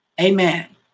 Amen